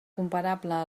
comparable